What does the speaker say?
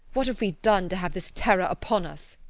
what have we done to have this terror upon us!